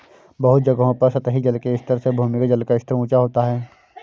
बहुत जगहों पर सतही जल के स्तर से भूमिगत जल का स्तर ऊँचा होता है